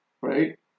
right